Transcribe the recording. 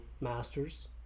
masters